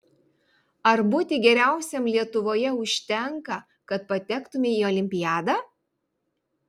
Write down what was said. ar būti geriausiam lietuvoje užtenka kad patektumei į olimpiadą